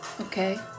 Okay